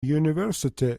university